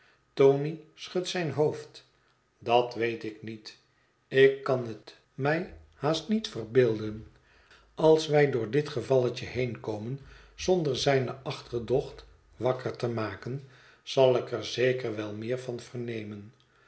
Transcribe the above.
tony schudt zijn hoofd dat weet ik niet ik kan het mij haast niet verbeelden als wij door dit gevalletje heenkomen zonder zijne achterdocht wakker te maken zal ik er zeker wel meer van vernemen